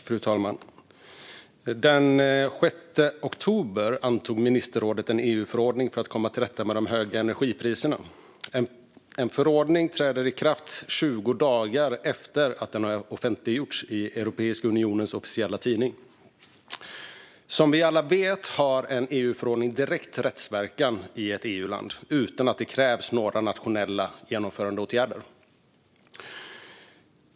Fru talman! Den 6 oktober antog ministerrådet en EU-förordning för att komma till rätta med de höga energipriserna. En förordning träder i kraft 20 dagar efter att den har offentliggjorts i Europeiska unionens officiella tidning. Som vi alla vet har en EU-förordning direkt rättsverkan i ett EU-land utan att det krävs några nationella genomförandeåtgärder.